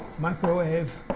microwave